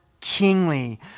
kingly